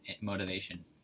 motivation